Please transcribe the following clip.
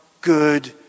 good